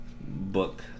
book